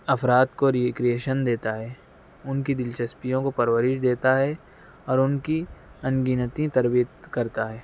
افراد کو ریکرئیشن دیتا ہے ان کی دلچسپیوں کو پرورش دیتا ہے اور ان کی ان گنتی تربیت کرتا ہے